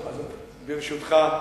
ברשותך,